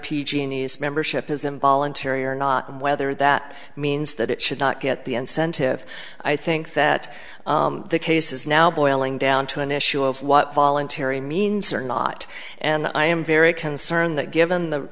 genies membership is involuntary or not and whether that means that it should not get the incentive i think that the case is now boiling down to an issue of what voluntary means certain not and i am very concerned that given the